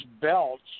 belts